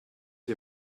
les